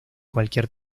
cualquier